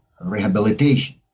rehabilitation